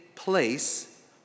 Place